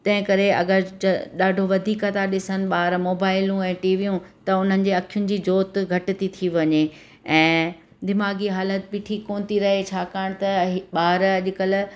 तंहिं करे अगरि ज ॾाढो वधीक था ॾिसनि ॿार मोबाइलूं ऐं टीवियूं त उन्हनि जे अखियुनि जी जोत घटि थी थी वञे ऐं दिमाग़ी हालति बि ठीकु कोन थी रहे छाकाणि त हि ॿार अॼुकल्ह